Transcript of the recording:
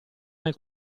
nel